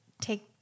take